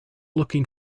looking